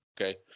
okay